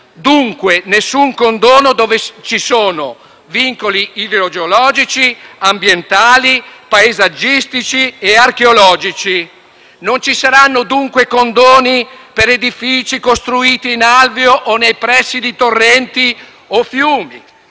dunque, dove ci sono vincoli idrogeologici, ambientali, paesaggistici e archeologici. Non ci saranno dunque condoni per edifici costruiti in alvei o nei pressi di torrenti o fiumi.